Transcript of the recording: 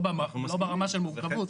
לא ברמה של מורכבות.